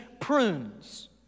prunes